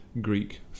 Greek